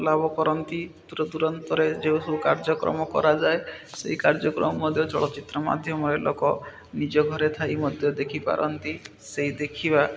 ଲାଭ କରନ୍ତି ଦୂର ଦୁରାନ୍ତରେ ଯେଉଁ ସବୁ କାର୍ଯ୍ୟକ୍ରମ କରାଯାଏ ସେଇ କାର୍ଯ୍ୟକ୍ରମ ମଧ୍ୟ ଚଳଚ୍ଚିତ୍ର ମାଧ୍ୟମରେ ଲୋକ ନିଜ ଘରେ ଥାଇ ମଧ୍ୟ ଦେଖିପାରନ୍ତି ସେଇ ଦେଖିବା